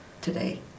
today